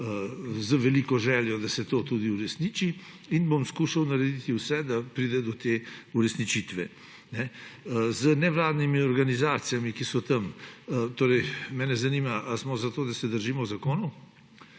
z veliko željo, da se to tudi uresniči, in bom skušal narediti vse, da pride do te uresničitve. Z nevladnimi organizacijami, ki so tam. Torej, mene zanima, ali smo za to, da se držimo zakonov.